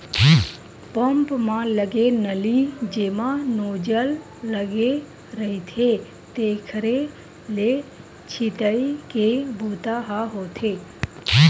pump म लगे नली जेमा नोजल लगे रहिथे तेखरे ले छितई के बूता ह होथे